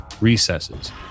recesses